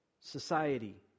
society